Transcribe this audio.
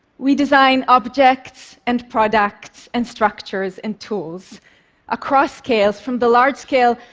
we design objects and products and structures and tools across scales, from the large-scale,